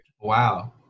wow